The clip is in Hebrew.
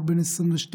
רק בן 22,